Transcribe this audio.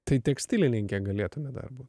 tai tekstilininkė galėtumėt dar būt